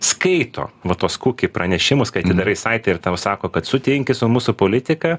skaito va tuos kuki pranešimus kai atidarai saitą ir tau sako kad sutinki su mūsų politika